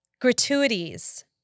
gratuities